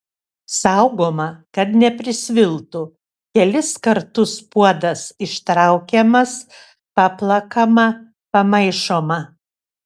saugoma kad neprisviltų kelis kartus puodas ištraukiamas paplakama pamaišoma